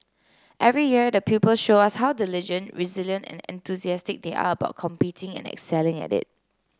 every year the pupil show us how diligent resilient and enthusiastic they are about competing and excelling at it